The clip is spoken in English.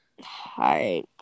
Hi